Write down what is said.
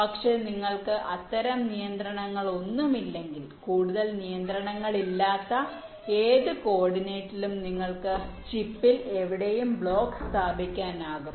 പക്ഷേ നിങ്ങൾക്ക് അത്തരം നിയന്ത്രണങ്ങളൊന്നുമില്ലെങ്കിൽ കൂടുതൽ നിയന്ത്രണങ്ങളില്ലാത്ത ഏത് കോർഡിനേറ്റിലും നിങ്ങൾക്ക് ചിപ്പിൽ എവിടെയും ബ്ലോക്ക് സ്ഥാപിക്കാനാകും